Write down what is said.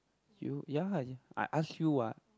you ya I asked you what